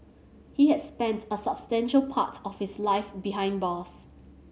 he had spent a substantial part of his life behind bars